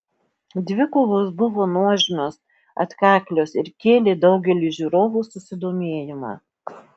dvikovos buvo nuožmios atkaklios ir kėlė daugeliui žiūrovų susidomėjimą